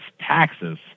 taxes